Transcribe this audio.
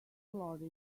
florida